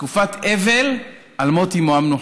בתקופת אבל על מות אימו המנוחה.